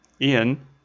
Ian